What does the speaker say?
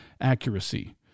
accuracy